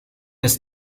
ist